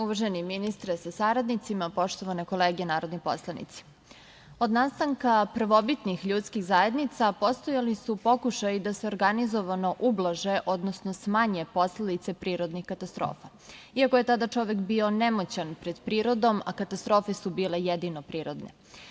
Uvaženi ministre sa saradnicima, poštovane kolege narodni poslanici, od nastanka prvobitnih ljudskih zajednica postojali su pokušaji da se organizovano ublaže odnosno smanje posledice prirodnih katastrofa, iako je tada čovek bio nemoćan pred prirodom, a katastrofe su bile jedino prirodne.